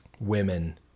women